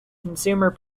consumer